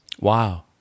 Wow